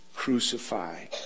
crucified